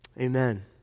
Amen